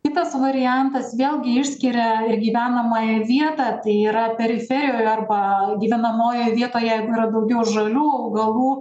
kitas variantas vėlgi išskiria ir gyvenamąją vietą tai yra periferijoj arba gyvenamojoj vietoje yra daugiau žalių augalų